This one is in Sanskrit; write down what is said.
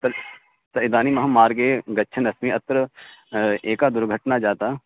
तत् तु इदानीम् अहं मार्गे गच्छन् अस्मि अत्र एका दुर्घट्ना जाता